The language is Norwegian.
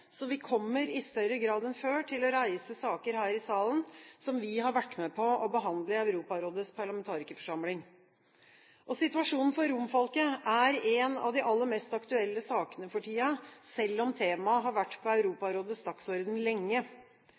så vi kommer i større grad enn før til å reise saker her i salen, som vi har vært med på å behandle i Europarådets parlamentarikerforsamling. Situasjonen for romfolket er en av de aller mest aktuelle sakene for tiden, selv om temaet har vært på Europarådets dagsorden lenge.